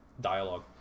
dialogue